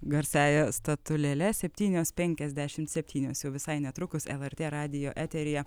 garsiąja statulėle septynios penkiasdešimt septynios jau visai netrukus lrt radijo eteryje